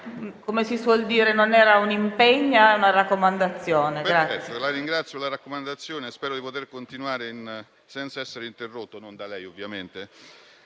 Come si suol dire, non era un «impegna», ma una raccomandazione. SCURRIA